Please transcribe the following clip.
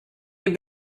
have